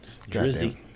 Drizzy